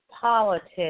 politics